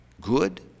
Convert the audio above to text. good